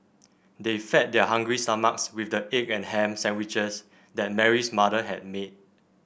they fed their hungry stomachs with the egg and ham sandwiches that Mary's mother had made